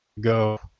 go